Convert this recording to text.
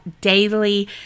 daily